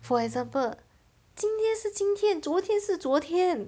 for example 今天是今天昨天是昨天